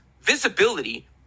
visibility